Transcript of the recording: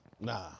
Nah